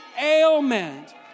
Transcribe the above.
ailment